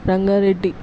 Rangareddy